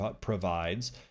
provides